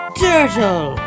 turtle